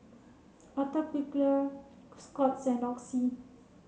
Atopiclair Scott's and Oxy